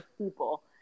people